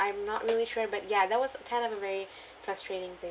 I'm not really sure but ya that was kind of a very frustrating thing